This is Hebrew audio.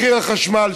מחיר החשמל,